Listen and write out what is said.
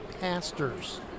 pastors